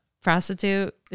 prostitute